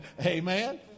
Amen